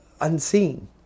unseen